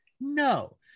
no